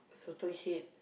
sotong head